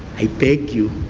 i beg you.